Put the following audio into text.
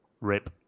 rip